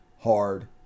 hard